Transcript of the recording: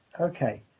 Okay